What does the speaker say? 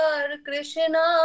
Krishna